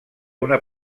una